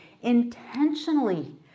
Intentionally